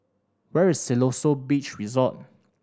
where is Siloso Beach Resort